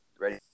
ready